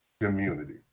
community